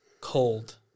cold